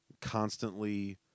constantly